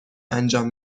انجام